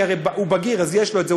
כי הרי הוא בגיר אז יש לו את זה.